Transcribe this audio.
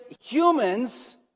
humans